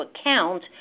account